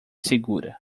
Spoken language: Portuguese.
segura